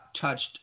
touched